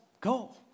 go